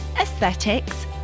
aesthetics